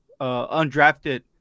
undrafted